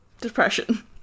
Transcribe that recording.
Depression